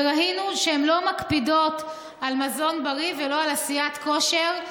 וראינו שהן לא מקפידות על מזון בריא ולא על עשיית כושר,